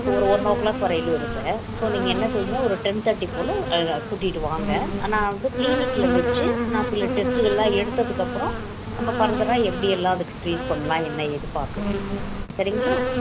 ஒரு one o'clock வரையிலும் இருப்பேன் ஸோ நீங்கள் என்ன செய்யுங்க ஒரு டென் தேட்டிப் போல் இங்கே கூட்டிக்கிட்டு வாங்க நான் வந்து க்ளினிக்கில் வைச்சு நான் சில டெஸ்ட்டுகள்லாம் எடுத்தத்துக்கப்புறோம் நம்ப ஃபர்தராக எப்படி எல்லாம் அதுக்கு ட்ரீட் பண்ணலாம் என்ன ஏதுப் பார்க்கலாம் சரிங்களா